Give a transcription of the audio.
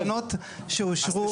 --- שאושרו,